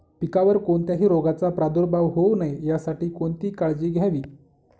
पिकावर कोणत्याही रोगाचा प्रादुर्भाव होऊ नये यासाठी कोणती काळजी घ्यावी?